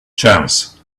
chance